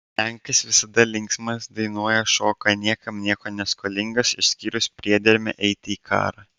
lenkas visada linksmas dainuoja šoka niekam nieko neskolingas išskyrus priedermę eiti į karą